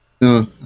No